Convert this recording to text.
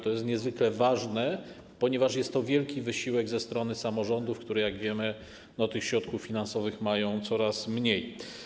To jest niezwykle ważne, ponieważ jest to wielki wysiłek ze strony samorządów, które, jak wiemy, tych środków finansowych mają coraz mniej.